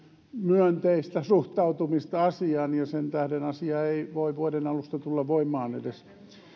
myönteistä suhtautumista asiaan ja sen tähden asia ei voi vuoden alusta edes tulla voimaan